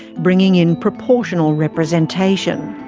bringing in proportional representation.